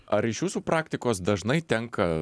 ar iš jūsų praktikos dažnai tenka